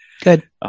Good